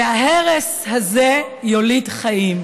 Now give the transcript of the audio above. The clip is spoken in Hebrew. וההרס הזה יוליד חיים.